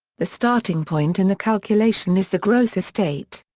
the starting point in the calculation is the gross estate.